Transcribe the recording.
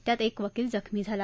त्यात एक वकील जखमी झालं